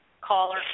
caller